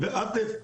עאטף,